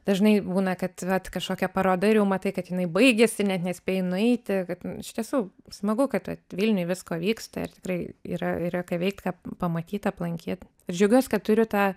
dažnai būna kad vat kažkokia paroda ir jau matai kad jinai baigėsi net nespėjai nueiti kad iš tiesų smagu kad vat vilniuj visko vyksta ir tikrai yra yra ką veikt ką pamatyt aplankyt ir džiaugiuosi kad turiu tą